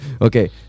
okay